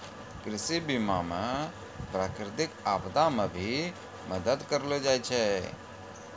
कृषि बीमा मे प्रकृतिक आपदा मे भी मदद करलो जाय छै